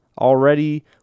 Already